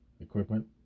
Equipment